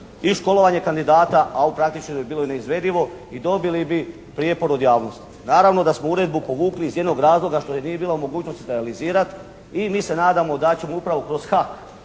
i školovanje kandidata, a ovo praktično bi bilo neizvedivo i dobili bi prijepor od javnosti. Naravno da smo uredbu povukli iz jednog razloga što ju nije bila mogućnost realizirati i mi se nadamo da ćemo upravo kroz HAK